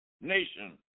nation